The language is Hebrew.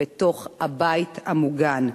בתוך הבית המוגן.